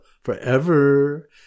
forever